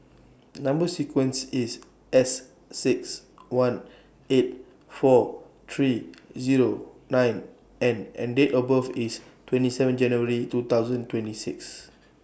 Number sequence IS S six one eight four three Zero nine N and Date of birth IS twenty seven January two thousand twenty six